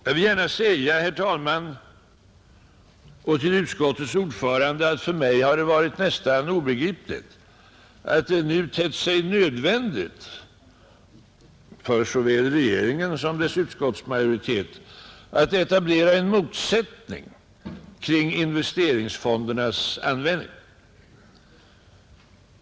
Jag vill gärna säga, herr talman, särskilt till utskottets ordförande, att det för mig har varit nästan obegripligt att det nu tett sig nödvändigt för såväl regeringen som dess utskottsmajoritet att etablera en motsättning kring investeringsfondernas användning.